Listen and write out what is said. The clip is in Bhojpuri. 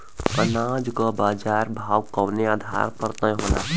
अनाज क बाजार भाव कवने आधार पर तय होला?